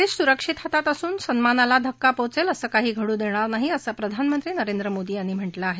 देश सुरक्षित हातात असून देश सन्मानाला धक्का पोहोचेल असं काही घड्र देणार नाही असं प्रधानमंत्री नरेंद्र मोदी यांनी म्हटलं आहे